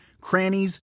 crannies